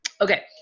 Okay